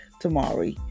tomorrow